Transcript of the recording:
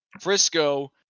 Frisco